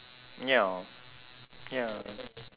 ya ya